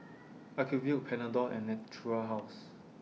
Ocuvite Panadol and Natura House